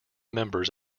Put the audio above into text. members